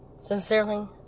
sincerely